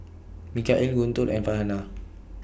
Mikhail Guntur and Farhanah